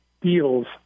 deals